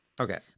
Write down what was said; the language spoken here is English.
Okay